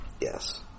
Yes